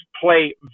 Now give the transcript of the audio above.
play